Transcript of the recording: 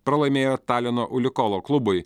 pralaimėjo talino ulikolo klubui